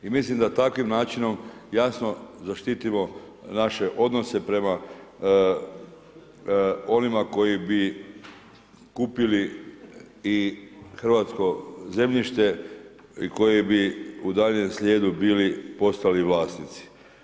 I mislim da takvim načinom jasno zaštitimo naše odnose prema onima koji bi kupili i hrvatsko zemljište i koji bi u daljnjem slijedu bili postali vlasnici.